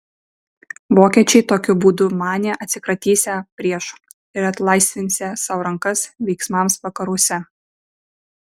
vokiečiai tokiu būdu manė atsikratysią priešo ir atlaisvinsią sau rankas veiksmams vakaruose